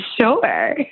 sure